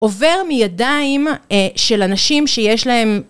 עובר מידיים של אנשים שיש להם